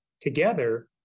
together